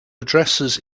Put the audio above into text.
addresses